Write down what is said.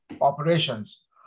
operations